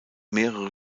mehrere